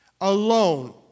alone